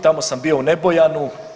Tamo sam bio u Nebojanu.